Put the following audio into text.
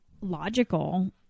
logical